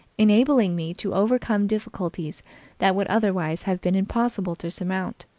enabling me to overcome difficulties that would otherwise have been impossible to surmount.